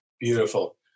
beautiful